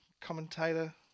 commentator